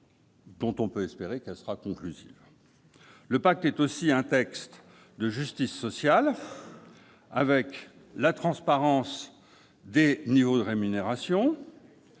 dont on peut espérer qu'elle sera conclusive. Le PACTE est aussi un texte de justice sociale, avec la transparence des niveaux de rémunération